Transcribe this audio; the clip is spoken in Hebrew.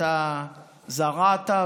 שאתה זרעת,